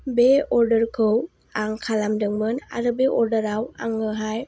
बे अर्डारखौ आं खालामदोंमोन आरो बे अर्डारआव आङोहाय